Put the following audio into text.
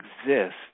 exist